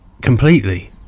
completely